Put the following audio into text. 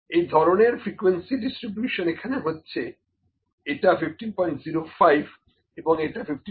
এই ধরনের frequency distribution এখানে হচ্ছে এটা 1505 এবং এটা 1506